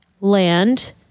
land